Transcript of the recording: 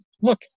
look